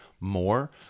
more